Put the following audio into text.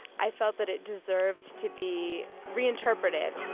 i felt that it deserved to be reinterpreted